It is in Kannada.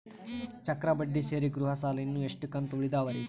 ಚಕ್ರ ಬಡ್ಡಿ ಸೇರಿ ಗೃಹ ಸಾಲ ಇನ್ನು ಎಷ್ಟ ಕಂತ ಉಳಿದಾವರಿ?